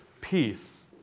peace